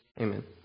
Amen